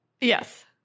Yes